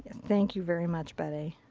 thank you very much betty.